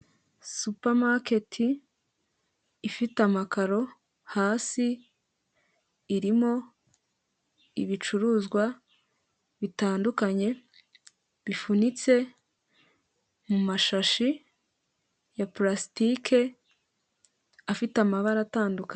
Supermarket ifite amakaro hasi, irimo ibicuruzwa bitandukanye bifunitse mu mashashi ya pulasitike afite amabara atanduka...